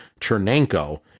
Chernenko